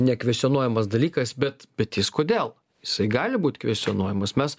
nekvestionuojamas dalykas bet bet jis kodėl jisai gali būti kvestionuojamas mes